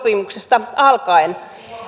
aina kilpailukykysopimuksesta alkaen